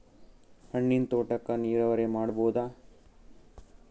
ಹಣ್ಣಿನ್ ತೋಟಕ್ಕ ನೀರಾವರಿ ಮಾಡಬೋದ?